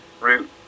route